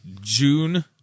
June